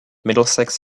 middlesex